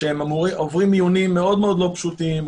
הם עוברים מיונים מאוד לא פשוטים,